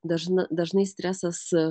dažn dažnai stresas